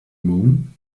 moon